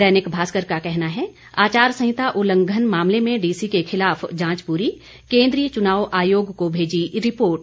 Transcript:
दैनिक भास्कर का कहना है आचार संहिता उल्लंघन मामले में डीसी के खिलाफ जांच पूरी केंद्रीय च्नाव आयोग को भेजी रिपोर्ट